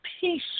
peace